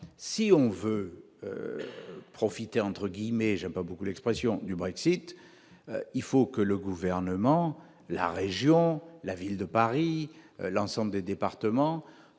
si on veut profiter entre guillemets, j'aime pas beaucoup l'expression du Brexit il faut que le gouvernement, la région, la ville de Paris, l'ensemble des départements